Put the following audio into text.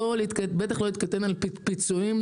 ובטח לא להתקטנן על פיצויים.